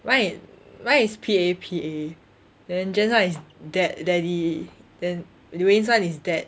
mine mine is P A P A then jen's [one] is dad~ daddy then wayne's [one] is dad